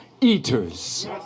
eaters